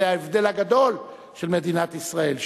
זה ההבדל הגדול של מדינת ישראל,